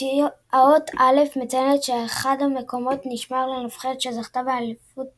האות א מציינת שאחד מהמקומות נשמר לנבחרת שזכתה באליפות